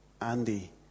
Andy